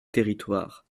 territoire